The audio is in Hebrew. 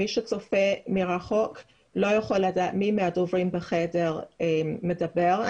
מי שצופה מרחוק לא יכול לדעת מי מהדוברים בחדר מדבר.